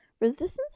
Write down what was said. Resistance